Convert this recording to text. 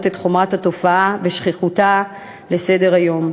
את חומרת התופעה ושכיחותה על סדר-היום.